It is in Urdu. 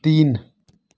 تین